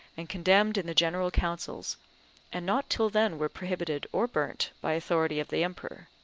and condemned in the general councils and not till then were prohibited, or burnt, by authority of the emperor.